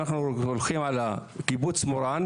אם אנחנו מדברים על קיבוץ מורן,